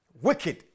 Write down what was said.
wicked